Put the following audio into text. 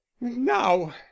now